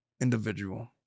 individual